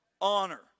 honor